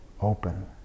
open